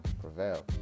prevail